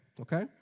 Okay